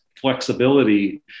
flexibility